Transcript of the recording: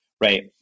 right